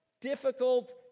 difficult